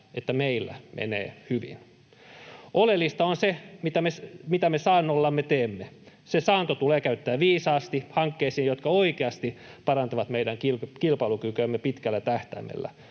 että meillä menee hyvin. Oleellista on se, mitä me saannollamme teemme. Se saanto tulee käyttää viisaasti hankkeisiin, jotka oikeasti parantavat meidän kilpailukykyämme pitkällä tähtäimellä,